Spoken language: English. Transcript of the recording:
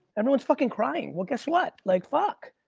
everyone's fucking crying, well, guess what? like fuck!